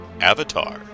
Avatar